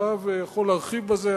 הרב יכול להרחיב בזה.